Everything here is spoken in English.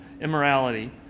immorality